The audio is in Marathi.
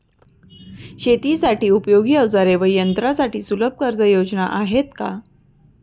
शेतीसाठी उपयोगी औजारे व यंत्रासाठी सुलभ कर्जयोजना आहेत का?